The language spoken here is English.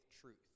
truth